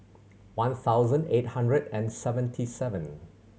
one thousand eight hundred and seventy seven